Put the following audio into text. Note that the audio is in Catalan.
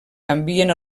canvien